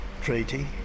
treaty